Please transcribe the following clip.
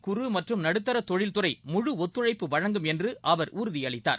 குறு மற்றும் நடுத்தர தொழில் துறை முழு ஒத்துழைப்பு வழங்கும் என்று அவர் உறுதியளித்தார்